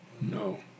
No